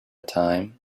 time